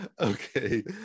Okay